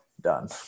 done